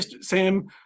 Sam